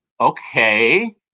okay